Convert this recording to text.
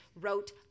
wrote